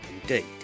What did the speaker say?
indeed